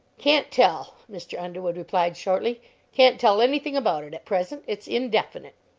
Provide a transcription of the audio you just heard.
can't tell, mr. underwood replied, shortly can't tell anything about it at present it's indefinite.